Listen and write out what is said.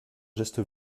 geste